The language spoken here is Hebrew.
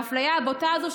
האפליה הבוטה הזאת,